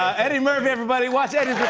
ah eddie murphy, everybody. watch eddie's